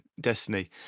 Destiny